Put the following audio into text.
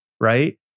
right